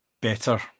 better